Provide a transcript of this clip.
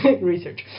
Research